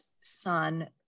son